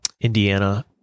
Indiana